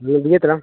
ᱦᱮᱸ ᱵᱤᱡᱚᱭ ᱛᱟᱲᱟ